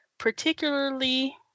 particularly